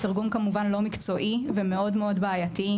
התרגום כמובן לא מקצועי ומאוד בעייתי,